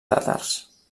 tàtars